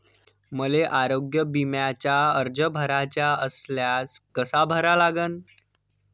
मले आरोग्य बिम्याचा अर्ज भराचा असल्यास कसा भरा लागन?